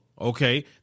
Okay